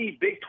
Big